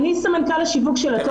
אני סמנכ"ל השיווק של הטוטו.